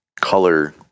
color